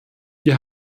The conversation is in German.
wir